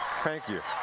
thank you.